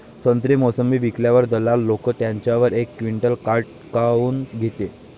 संत्रे, मोसंबी विकल्यावर दलाल लोकं त्याच्यावर एक क्विंटल काट काऊन घेते?